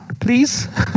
please